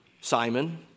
Simon